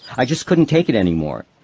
i just couldn't take it anymore.